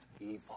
evil